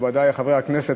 מכובדי חברי הכנסת,